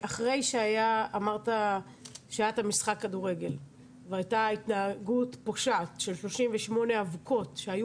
אמרת שהיה את המשחק כדורגל והייתה התנהגות פושעת של 38 אבוקות שהיו